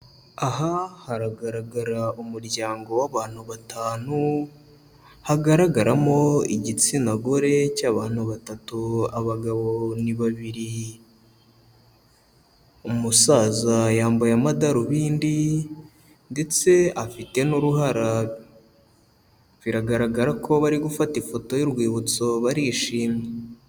Aha haragaragara umuryango w'abantu batanu, hagaragaramo igitsina gore cy'abantu batatu, abagabo ni babiri, umusaza yambaye amadarubindi ndetse afite n'uruhara, biragaragara ko bari gufata ifoto y'urwibutso, barishimye.